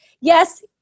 yes